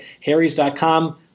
harrys.com